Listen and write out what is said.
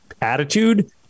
attitude